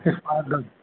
इशफा दल